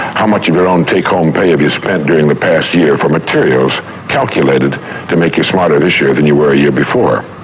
how much of your own take home pay have you spent during the past year for materials calculated to make you smarter this year than you were a year before,